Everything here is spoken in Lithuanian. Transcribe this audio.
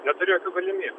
neturiu jokių galimybių